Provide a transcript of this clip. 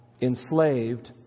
enslaved